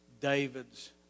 David's